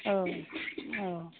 औ औ